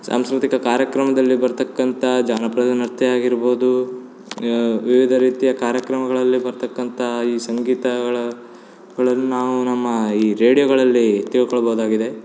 ಸಾಂಸ್ಕ್ರತಿಕ ಕಾರ್ಯಕ್ರಮದಲ್ಲಿ ಬರ್ತಕ್ಕಂಥ ಜಾನಪದ ನೃತ್ಯ ಆಗಿರ್ಬೌದು ವಿವಿಧ ರೀತಿಯ ಕಾರ್ಯಕ್ರಮಗಳಲ್ಲಿ ಬರ್ತಕ್ಕಂಥ ಈ ಸಂಗೀತಗಳ ಗಳಲ್ ನಾವು ನಮ್ಮ ಈ ರೇಡಿಯೋಗಳಲ್ಲಿ ತಿಳ್ಕೊಳ್ಬೌದಾಗಿದೆ